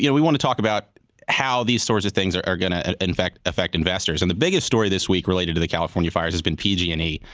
you know we want to talk about how these sorts of things are are going to and and affect affect investors. and the biggest story this week related to the california fires has been pg and e.